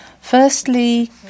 Firstly